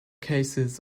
cases